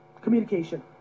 Communication